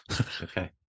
Okay